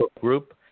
group